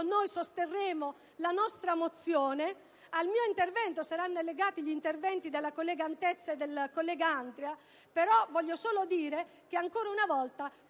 motivo sosterremo la nostra mozione. Al mio intervento saranno allegati gli interventi della collega Antezza e del collega Andria. Però voglio solo dire che ancora una volta